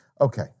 Okay